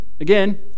again